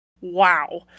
Wow